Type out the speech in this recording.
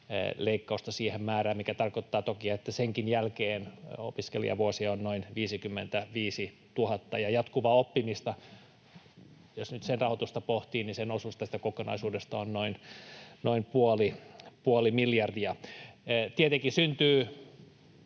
leikkausta siihen määrään, mikä tarkoittaa toki, että senkin jälkeen opiskelijavuosia on noin 55 000. Jatkuvan oppimisen — jos nyt sen rahoitusta pohtii — osuus tästä kokonaisuudesta on noin puoli miljardia. Tietenkään tätä